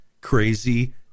crazy